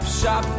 shop